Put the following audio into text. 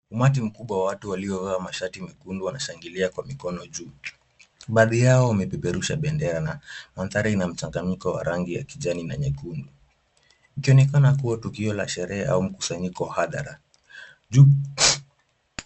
Umati mkubwa wa watu waliovaa mashati mekundu wanashangilia kwa mikono juu. Baadhi yao wamepeperusha bendera na mandhari ina mchanganyiko wa rangi ya kijani na nyekundu ikionekana kuwa tukio la sherehe au mkusanyiko wa hadhara.